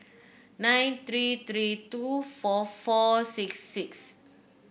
nine three three two four four six six